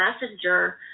messenger